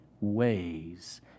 ways